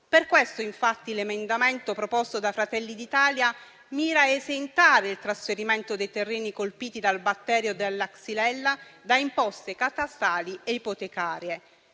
Per questo, infatti, l'emendamento proposto da Fratelli d'Italia mira a esentare il trasferimento dei terreni colpiti dal batterio della xylella da imposte catastali e ipotecarie.